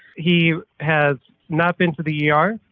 he has not been to the er.